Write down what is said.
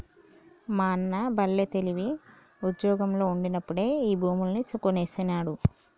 మా అన్న బల్లే తెలివి, ఉజ్జోగంలో ఉండినప్పుడే ఈ భూములన్నీ కొనేసినాడు